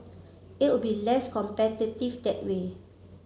it will be less competitive that way